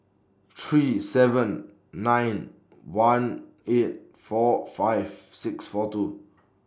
three seven nine one eight four five six four two